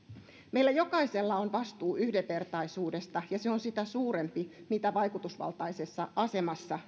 meillä jokaisella on vastuu yhdenvertaisuudesta ja se on sitä suurempi mitä vaikutusvaltaisemmassa asemassa